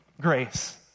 grace